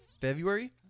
February